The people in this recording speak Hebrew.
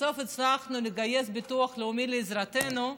בסוף הצלחנו לגייס את הביטוח לאומי לעזרתנו,